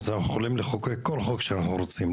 אנחנו יכולים לחוקק כל חוק שאנחנו רוצים.